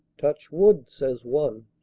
touch wood, says one.